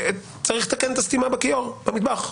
צריך לתקן את הסתימה בכיור במטבח.